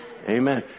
Amen